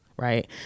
Right